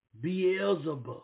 Beelzebub